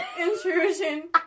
Intrusion